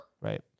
Right